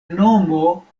nomo